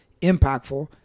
impactful